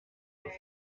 noch